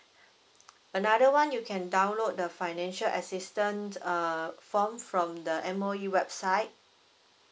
another one you can download the financial assistance err form from the M_O_E website